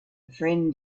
friend